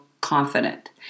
confident